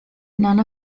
none